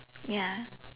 ya